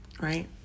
right